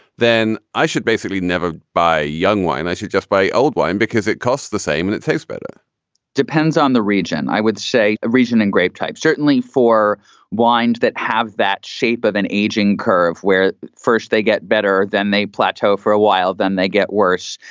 then i should basically never buy young. why? i should just buy old wine because it costs the same and it tastes better depends on the region. i would say ah region and grape types certainly for wines that have that shape of an aging curve where first they get better, then they plateau for a while, then they get worse.